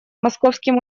московским